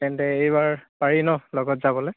তেন্তে এইবাৰ পাৰি ন লগত যাবলৈ